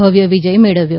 ભવ્ય વિજય મેળવ્યો